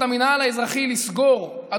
הוא לסגור את המינהל האזרחי.